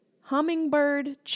hummingbird